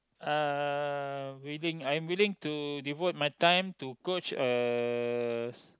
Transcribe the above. uh willing I'm winning to devote my time to coach uh